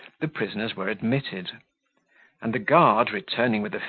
the prisoners were admitted and, the guard returning with the